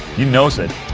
he knows it